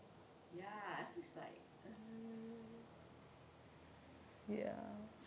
ya so it's like err